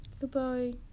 Goodbye